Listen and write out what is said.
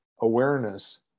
awareness